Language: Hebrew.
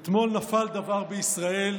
אתמול נפל דבר בישראל,